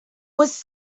was